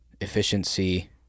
efficiency